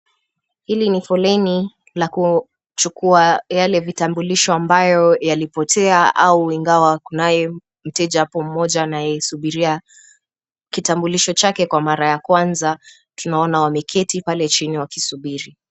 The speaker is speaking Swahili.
Hili ni foleni la kuchukua yale vitambulisho ambayo yalipotea au ingawa kunaye mteja hapo mmoja anayesubiria kitambulisho chake kwa mara ya kwanza, tunaona wameketi pale chini wakisubiri.